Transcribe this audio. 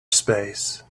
space